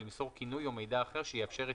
ולמסור כינוי או מידע אחר שיאפשר את